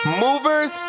movers